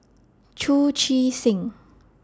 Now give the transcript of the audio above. Chu Chee Seng